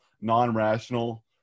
non-rational